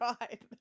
right